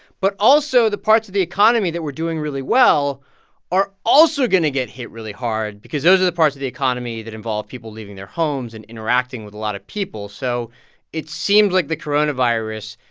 but also, the parts of the economy that were doing really well are also going to get hit really hard because those are the parts of the economy that involve people leaving their homes and interacting with a lot of people so it seems like the coronavirus,